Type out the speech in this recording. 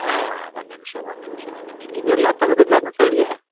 ಹಾಂ ಒಂದು ನಿಮಿಷ ಒಂದು ನಿಮಿಷ ಒಂದು ನಿಮಿಷ ಇದು ಇರ್ಲಾ ತೆಗ್ದ್ ಇಡಲಾ ಇದನ್ನ ಸೈಡ್ಗೆ